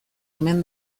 omen